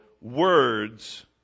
words